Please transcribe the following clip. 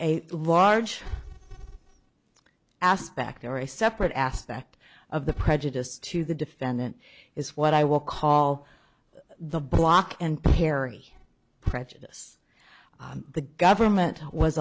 a large aspect or a separate aspect of the prejudice to the defendant is what i will call the block and parry prejudice the government was